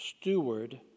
steward